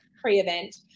pre-event